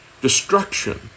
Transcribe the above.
destruction